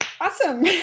Awesome